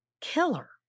killer